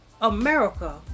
America